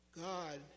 God